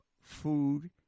food